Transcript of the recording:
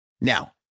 Now